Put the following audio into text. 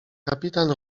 kapitan